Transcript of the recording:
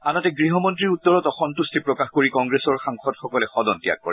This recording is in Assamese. আনহাতে গৃহমন্নীৰ উত্তৰত অসম্ভট্টি প্ৰকাশ কৰি কংগ্ৰেছৰ সাংসদসকলে সদন ত্যাগ কৰে